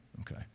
Okay